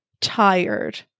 tired